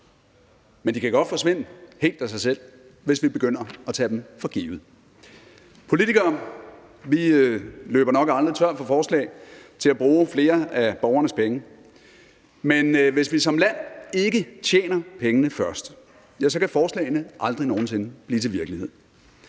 men det kan godt forsvinde helt af sig selv, hvis vi begynder at tage det for givet. Vi politikere løber nok aldrig tør for forslag til at bruge flere af borgernes penge, men hvis vi som land ikke tjener pengene først, kan forslagene aldrig nogen sinde blive til virkelighed.